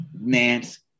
Nance